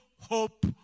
hope